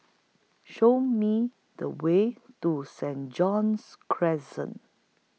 Show Me The Way to Saint John's Crescent